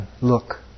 look